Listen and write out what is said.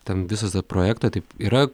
ten visą tą projektą taip yra